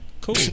Cool